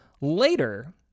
later